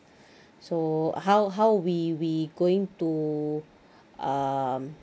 so how how we we going to um